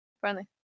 friendly